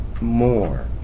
more